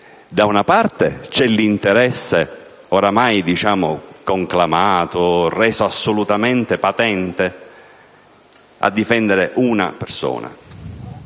da una parte c'è l'interesse, oramai conclamato, reso assolutamente patente, a difendere una persona: